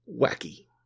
wacky